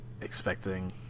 expecting